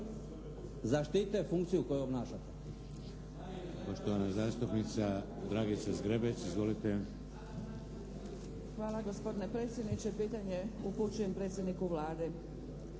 zaštite funkciju koju obnašate.